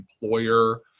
employer